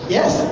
Yes